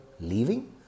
leaving